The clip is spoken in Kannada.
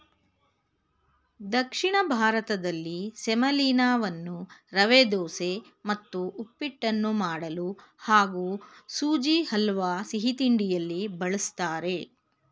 ದಕ್ಷಿಣ ಭಾರತದಲ್ಲಿ ಸೆಮಲೀನವನ್ನು ರವೆದೋಸೆ ಮತ್ತು ಉಪ್ಪಿಟ್ಟನ್ನು ಮಾಡಲು ಹಾಗೂ ಸುಜಿ ಹಲ್ವಾ ಸಿಹಿತಿಂಡಿಯಲ್ಲಿ ಬಳಸ್ತಾರೆ